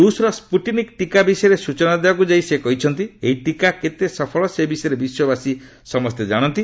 ରୁଷର ସ୍କୁଟିନିକ୍ ଟିକା ବିଷୟରେ ସ୍ବଚନା ଦେବାକୁ ଯାଇ ସେ କହିଛନ୍ତି ଏହି ଟିକା କେତେ ସଫଳ ସେ ବିଷୟରେ ବିଶ୍ୱବାସୀ ସମସ୍ତେ ଜାଣନ୍ତି